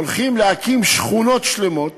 הולכים להקים שכונות שלמות